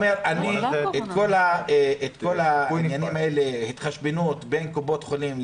את כל העניינים האלה - התחשבנות בין קופות חולים,